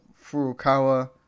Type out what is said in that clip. Furukawa